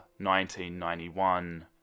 1991